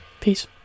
peace